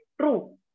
True